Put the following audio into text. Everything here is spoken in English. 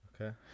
Okay